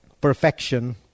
perfection